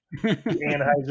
Anheuser